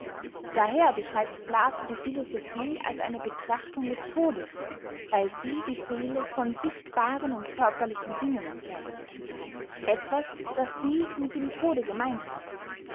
daher beschreibt plato die philosophie als eine betrachtung des todes weil sie die seele von sichtbaren und körperlichen dingen entfernt etwas das sie mit dem tode gemein hat